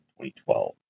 2012